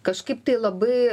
kažkaip tai labai